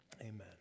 Amen